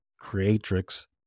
creatrix